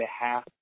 behalf